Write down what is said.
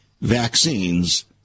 vaccines